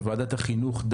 בוועדת החינוך,